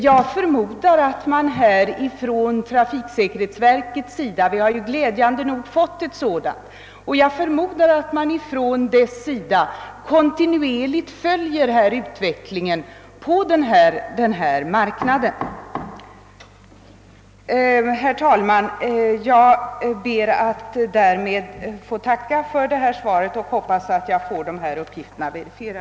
Jag förmodar att trafiksäkerhetsverket — vi har ju glädjande nog fått ett sådant — kontinuerligt följer utvecklingen på detta område. Herr talman! Jag ber med det anförda att än en gång få tacka för svaret och hoppas, att statsrådet vill kommentera de uppgifter jag nämnt.